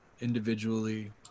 individually